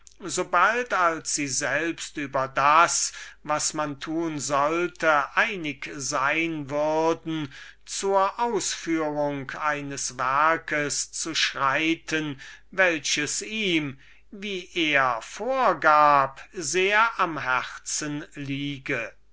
als sie selbsten darüber was man tun sollte einig sein würden zur ausführung eines werkes zu schreiten welches ihm seinem vorgeben nach sehr am herzen